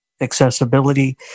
accessibility